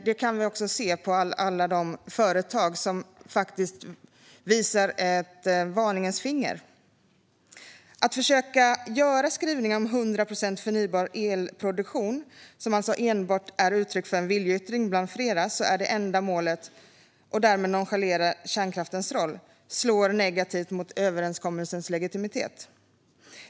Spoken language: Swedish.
Det kan vi också se på alla de företag som håller upp ett varningens finger. Att försöka göra skrivningen om 100 procent förnybar elproduktion, som alltså enbart är ett uttryck för en viljeyttring bland flera, till det enda målet, och därmed nonchalera kärnkraftens roll, slår negativt mot överenskommelsens legitimitet.